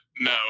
no